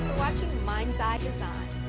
watching mind's eye design.